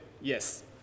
yes